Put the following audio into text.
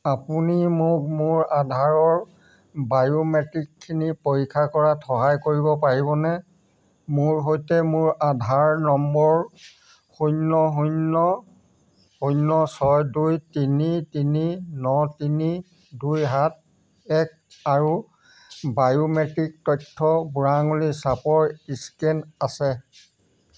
আপুনি মোক মোৰ আধাৰৰ বায়োমেট্ৰিকখিনি পৰীক্ষা কৰাত সহায় কৰিব পাৰিবনে মোৰ সৈতে মোৰ আধাৰ নম্বৰ শূন্য শূন্য শূন্য ছয় দুই তিনি তিনি ন তিনি দুই সাত এক আৰু বায়োমেট্ৰিক তথ্য বুঢ়া আঙুলিৰ ছাপৰ স্কেন আছে